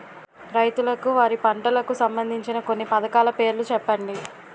రైతులకు వారి పంటలకు సంబందించిన కొన్ని పథకాల పేర్లు చెప్పండి?